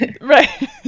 Right